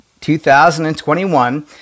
2021